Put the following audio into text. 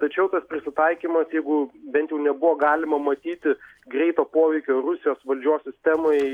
tačiau tas prisitaikymas jeigu bent jau nebuvo galima matyti greito poveikio rusijos valdžios sistemai